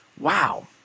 Wow